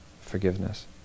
forgiveness